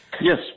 Yes